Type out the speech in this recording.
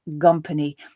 company